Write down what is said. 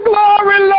Glory